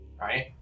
right